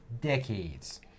decades